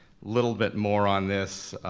little bit more on this.